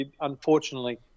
unfortunately